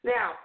Now